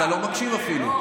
אתה יושב-ראש הישיבה,